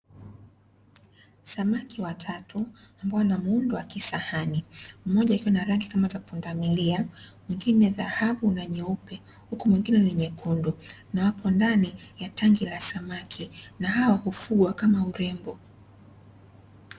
Samaki watatu ambao wana muundo wa kisahani mmoja akiwa na rangi kama za pundamilia mwengine dhahabu na nyeupe huku mwengine ni nyekundu. Na wapo ndani ya tanki la samaki na hao hufugwa kama urembo.